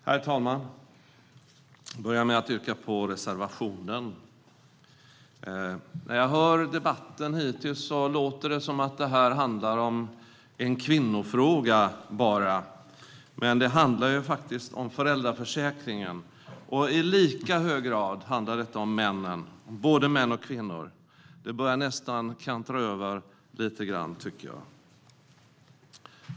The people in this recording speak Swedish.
Herr talman! Jag börjar med att yrka bifall till reservationen. Av det jag hört av debatten hittills låter det som att det bara handlar om kvinnor. Det handlar faktiskt om föräldraförsäkringen. Det handlar i lika hög grad om männen. Det gäller både män och kvinnor. Det börjar nästan kantra över lite grann, tycker jag.